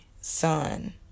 son